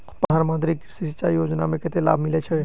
प्रधान मंत्री कृषि सिंचाई योजना मे कतेक लाभ मिलय छै?